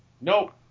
nope